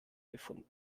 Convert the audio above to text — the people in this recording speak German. gefunden